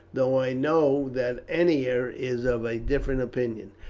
though i know that ennia is of a different opinion.